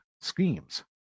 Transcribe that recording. schemes